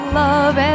love